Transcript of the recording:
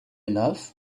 enough